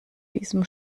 diesem